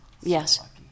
Yes